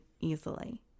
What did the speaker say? easily